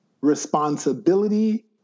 responsibility